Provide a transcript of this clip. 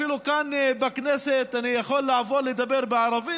אפילו כאן בכנסת אני יכול לבוא לדבר בערבית,